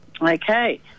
Okay